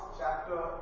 chapter